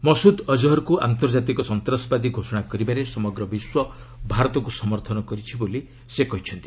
ମସୁଦ ଅଜହରକୁ ଆନ୍ତର୍ଜାତିକ ସନ୍ତାସବାଦୀ ଘୋଷଣା କରିବାରେ ସମଗ୍ର ବିଶ୍ୱ ଭାରତକୁ ସମର୍ଥନ କରିଛି ବୋଲି ସେ କହିଛନ୍ତି